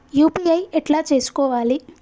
UPI ఎట్లా చేసుకోవాలి?